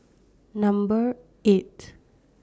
Number eight